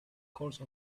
course